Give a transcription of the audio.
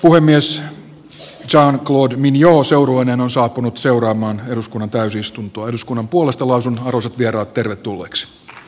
puhemies saa nyt tuoda niin joo seurueineen on saapunut seuraamaan eduskunnan täysistunto eduskunnan puolesta lausunorsut eduskuntaa rauhoittumaan työhön